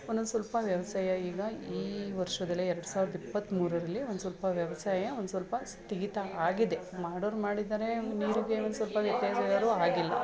ಒಂದೊಂದು ಸ್ವಲ್ಪ ವ್ಯವಸಾಯ ಈಗ ಈ ವರ್ಷದಲ್ಲೇ ಎರಡು ಸಾವಿರದ ಇಪ್ಪತ್ತ್ಮೂರರಲ್ಲಿ ಒಂದ್ಸ್ವಲ್ಪ ವ್ಯವಸಾಯ ಒಂದ್ಸ್ವಲ್ಪ ಸ್ಥಗಿತ ಆಗಿದೆ ಮಾಡೋರು ಮಾಡಿದ್ದಾರೆ ನೀರು ಗೀರು ಒಂದ್ಸ್ವಲ್ಪ ವ್ಯತ್ಯಾಸ ಇರೋರು ಆಗಿಲ್ಲ